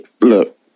Look